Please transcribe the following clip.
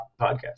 podcast